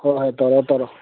ꯍꯣꯏ ꯍꯣꯏ ꯇꯧꯔꯣ ꯇꯧꯔꯣ